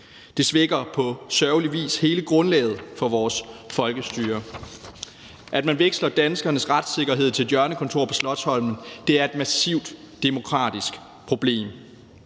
Det svækker på sørgelig vis hele grundlaget for vores folkestyre. At man veksler danskernes retssikkerhed til et hjørnekontor på Slotsholmen, er et massivt demokratisk problem.